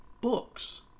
books